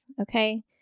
Okay